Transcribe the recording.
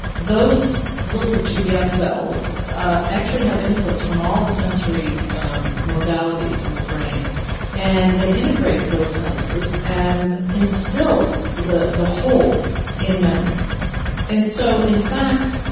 those little gps cells ah actually have inputs from all the sensory um modalities in the brain and they integrate those senses and instill the the whole in memory so in fact,